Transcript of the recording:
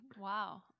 Wow